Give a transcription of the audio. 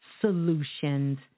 solutions